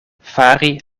fari